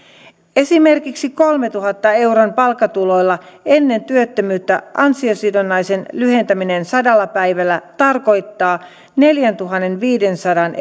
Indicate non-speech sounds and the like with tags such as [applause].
esimerkiksi kolmentuhannen euron palkkatuloilla ennen työttömyyttä ansiosidonnaisen lyhentäminen sadalla päivällä tarkoittaa neljäntuhannenviidensadan [unintelligible]